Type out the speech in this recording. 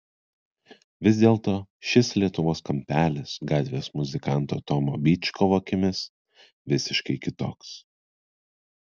vis dėlto šis lietuvos kampelis gatvės muzikanto tomo byčkovo akimis visiškai kitoks